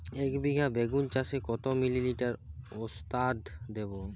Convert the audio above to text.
একবিঘা বেগুন চাষে কত মিলি লিটার ওস্তাদ দেবো?